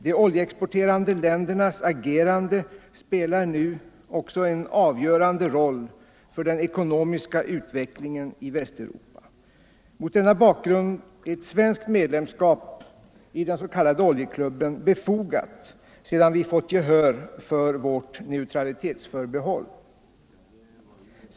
De oljeexporterande ländernas agerande spelar nu en avgörande roll för den ekonomiska utvecklingen i Västeuropa. Mot denna bakgrund är ett svenskt medlemskap i den s.k. oljeklubben befogat sedan vi fått gehör för vårt neutralitetsförbehåll.